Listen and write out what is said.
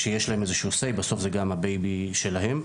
וזה חשוב שיראו שיש שחקניות ושיראו את זה בתקשורת וצריכים לקדם את זה,